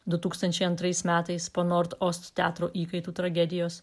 du tūkstančiai antrais metais po nord ost teatro įkaitų tragedijos